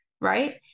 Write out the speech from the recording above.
right